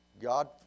God